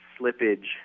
slippage